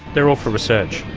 they are all for research,